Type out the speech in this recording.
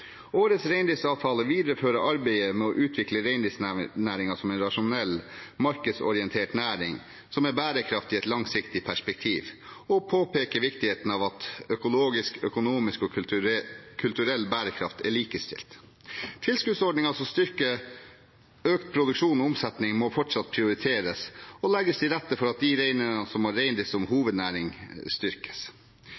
Årets reindriftsavtale viderefører arbeidet med å utvikle reindriftsnæringen som en rasjonell, markedsorientert næring som er bærekraftig i et langsiktig perspektiv, og påpeker viktigheten av at økologisk, økonomisk og kulturell bærekraft er likestilt. Tilskuddsordningene som styrker økt produksjon og omsetning, må fortsatt prioriteres og legge til rette for de reineierne som har reindrift som